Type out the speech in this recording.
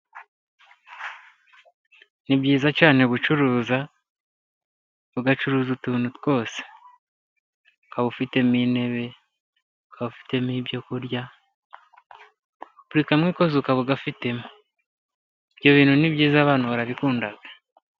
Ni byiza cyane gucuruza, ugacuruza utuntu twose. Ukaba ufitemo intebe, ukaba ufitemo ibyo kurya. Buri kamwe kose ukaba ugafitemo. Ibyo bintu ni byiza, abantu barabikunda.